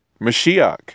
Mashiach